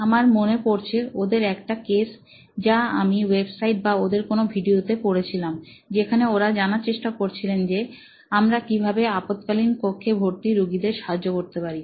আমার মনে পড়ছে ওদের একটা কেস যা আমি ওয়েবসাইট বা ওদের কোনো ভিডিও টি পড়েছিলামযেখানে ওরা জানার চেষ্টা করছিলেন যে আমরা কিভাবে আপদকালীন কক্ষে ভর্তি রুগীদের সাহায্য করতে পারি